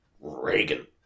Reagan